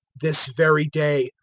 this very day,